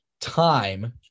time